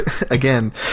Again